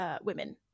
women